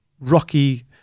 Rocky